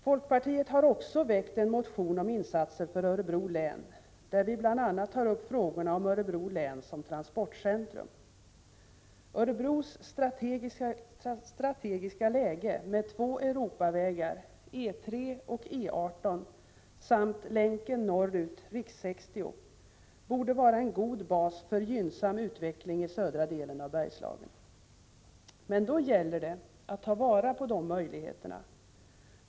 Folkpartiet har också väckt en motion om insatser för Örebro län där vi bl.a. tar upp frågorna om Örebro län som transportcentrum. Örebros strategiska läge med två Europavägar, E 3 och E 18, samt länken norrut, R 60, borde vara en god bas för gynnsam utveckling i södra delen av Bergslagen. Det gäller att ta vara på dessa möjligheter.